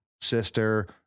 sister